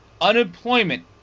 Unemployment